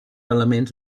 elements